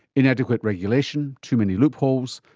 inadequate regulation, too many loopholes,